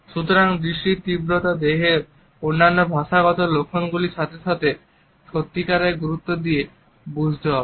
সুতরাং দৃষ্টির তীব্রতা দেহের অন্যান্য ভাষাগত লক্ষণগুলির সাথে সাথে সত্যিকারের গুরুত্ব দিয়ে বুঝতে হবে